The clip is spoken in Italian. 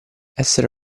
essere